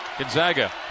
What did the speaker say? Gonzaga